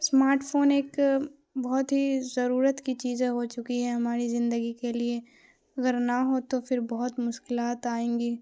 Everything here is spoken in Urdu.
اسمارٹ فون ایک بہت ہی ضرورت کی چیزیں ہو چکی ہے ہماری زندگی کے لیے اگر نہ ہو تو پھر بہت مشکلات آئیں گی